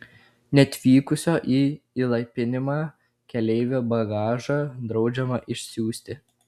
neatvykusio į įlaipinimą keleivio bagažą draudžiama išsiųsti